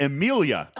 Emilia